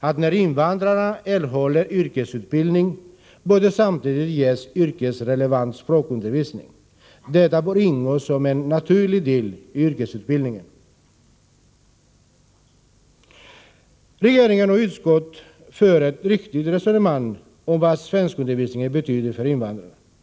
att när invandrare erhåller yrkesutbildning, bör de samtidigt ges yrkesrelevant språkundervisning. Detta bör ingå som en naturlig del i yrkesutbildningen. Regeringen och utskottet för ett riktigt resonemang om vad svenskundervisningen betyder för invandrarna.